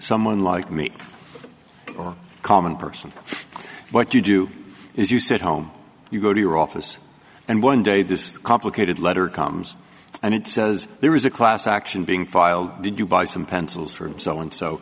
someone like me or common person what you do is you sit home you go to your office and one day this complicated letter comes and it says there is a class action being filed the due by some pencils from so and so